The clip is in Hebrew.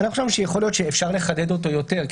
אנחנו חושבים שאולי אפשר לחדד אותו יותר.